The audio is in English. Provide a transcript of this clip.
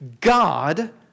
God